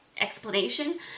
Explanation